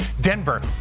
Denver